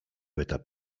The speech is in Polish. pyta